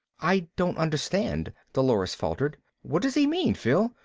i don't understand, dolores faltered. what does he mean, phil?